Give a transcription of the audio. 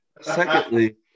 Secondly